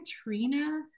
Katrina